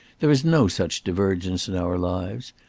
there is no such divergence in our lives.